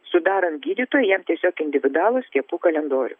sudarant gydytojam jam tiesiog individualų skiepų kalendorių